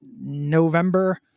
November